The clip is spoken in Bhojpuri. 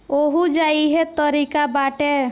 ओहुजा इहे तारिका बाटे